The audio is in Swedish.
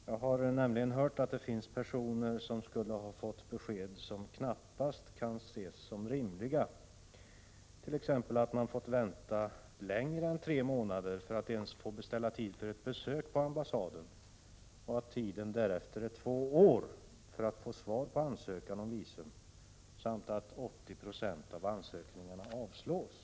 Jag har hört att det finns personer som skulle ha fått besked som knappast kan ses som rimliga, t.ex. att de har fått vänta längre än tre månader på att beställa tid för ett besök på ambassaden, att tiden därefter är två år för att få svar på ansökan om visum samt att 80 96 av ansökningarna avslås.